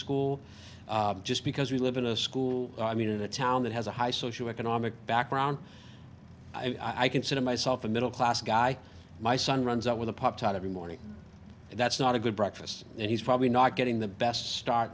school just because we live in a school i mean a town that has a high social economic background i consider myself a middle class guy my son runs out with a pop tart every morning and that's not a good breakfast and he's probably not getting the best start